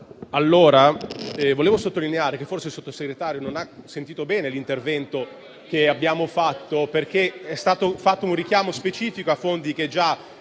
Volevo sottolineare che forse il Sottosegretario non ha sentito bene l'intervento che abbiamo fatto, perché è stato fatto un richiamo specifico a fondi che già